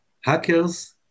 Hackers